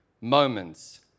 moments